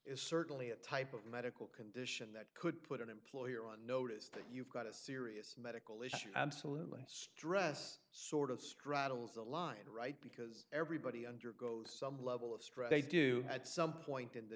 is certainly a type of medical condition that could put an employer on notice that you've got a serious medical issue absolutely stress sort of straddles the line right because everybody undergo some level of stress they do at some point in the